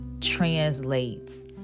translates